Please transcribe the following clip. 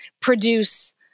produce